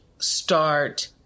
start